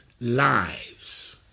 lives